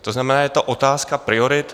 To znamená, je to otázka priorit.